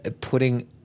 putting